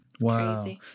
wow